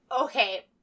Okay